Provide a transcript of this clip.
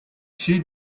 she